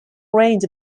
range